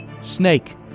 Snake